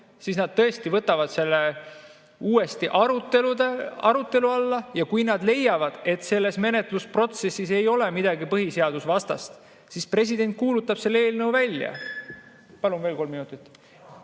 nad tõesti võtavad selle uuesti arutelu alla. Ja kui nad leiavad, et selles menetlusprotsessis ei ole midagi põhiseadusvastast, siis president kuulutab selle eelnõu välja. Palun veel kolm minutit.